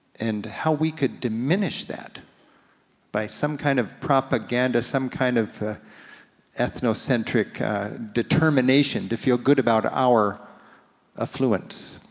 and how we could diminish that by some kind of propaganda, some kind of ethnocentric determination to feel good about our affluence,